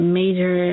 major